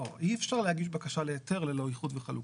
לא, אי-אפשר להגיש בקשה להיתר ללא איחוד וחלוקה.